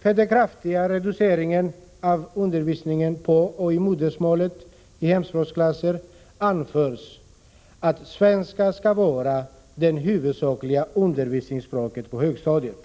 för den kraftiga reduceringen av modersmålsundervisningen i hemspråksklasserna anförs att svenska skall vara det huvudsakliga undervisningsspråket på högstadiet.